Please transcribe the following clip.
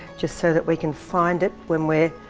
just so that we can find it when we're,